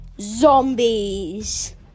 zombies